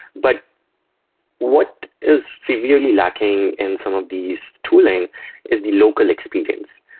but what is severely lacking in some of these tooling is the local experience.